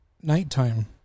nighttime